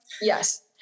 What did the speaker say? Yes